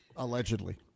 Allegedly